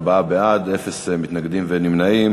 ארבעה בעד, אפס מתנגדים, ואין נמנעים.